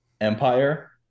Empire